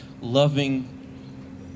loving